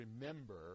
remember